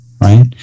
Right